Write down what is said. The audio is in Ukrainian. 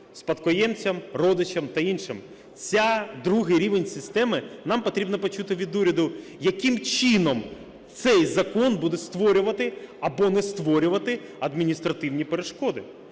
спадкоємцям, родичам та іншим. Це другий рівень системи. Нам потрібно почути від уряду, яким чином цей закон буде створювати або не створювати адміністративні перешкоди.